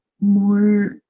more